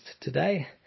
today